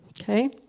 okay